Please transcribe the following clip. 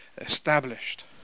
established